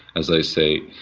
as i say,